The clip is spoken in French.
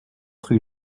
rue